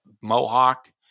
mohawk